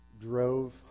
drove